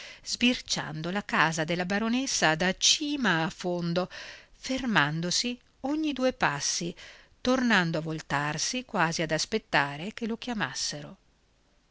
sbirciando la casa della baronessa da cima a fondo fermandosi ogni due passi tornando a voltarsi quasi ad aspettare che lo chiamassero